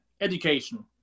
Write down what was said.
education